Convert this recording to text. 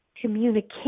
communication